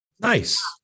Nice